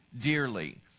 dearly